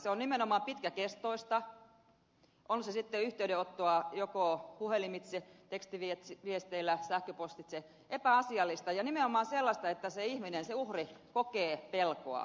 se on nimenomaan pitkäkestoista on se sitten yhteydenottoa joko puhelimitse tekstiviesteillä tai sähköpostitse epäasiallista ja nimenomaan sellaista että se ihminen uhri kokee pelkoa